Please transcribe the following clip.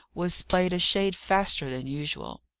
was played a shade faster than usual.